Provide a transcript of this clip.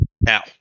Now